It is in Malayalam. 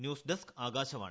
news desk Akashvani